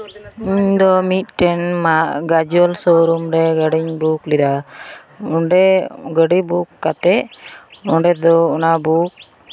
ᱤᱧᱫᱚ ᱢᱤᱫᱴᱮᱡ Gajol showroom ᱨᱮ ᱜᱟᱹᱰᱤᱧ ᱵᱩᱠ ᱞᱮᱫᱟ ᱚᱸᱰᱮ ᱜᱟᱹᱰᱤ ᱵᱩᱠ ᱠᱟᱛᱮᱫ ᱚᱸᱰᱮ ᱫᱚ ᱚᱱᱟ ᱵᱩᱠ